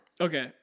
Okay